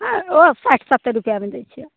अएँ ओ साठि सत्तर रुपैआमे दै छियै